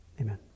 Amen